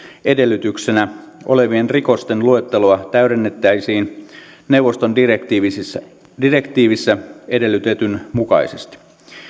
edellytyksenä olevien rikosten luetteloa täydennettäisiin neuvoston direktiivissä direktiivissä edellytetyn mukaisesti